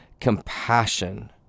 compassion